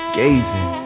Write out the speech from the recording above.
gazing